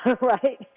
Right